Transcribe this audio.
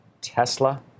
Tesla